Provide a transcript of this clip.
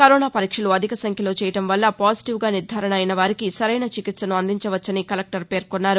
corona పరీక్షలు అధిక సంఖ్యలో చేయడం వల్ల పాజిటివ్గాల నిర్దారణ అయిన వారికి సరైన చికిత్సను అందించవచ్చని కలెక్టర్ పేర్కొన్నారు